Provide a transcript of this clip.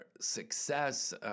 success